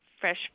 fresh